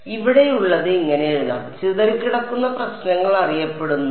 അതിനാൽ ഇവിടെയുള്ളത് ഇങ്ങനെ എഴുതാം ചിതറിക്കിടക്കുന്ന പ്രശ്നങ്ങൾ അറിയപ്പെടുന്നു